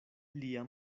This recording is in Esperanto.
lia